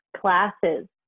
classes